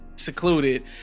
secluded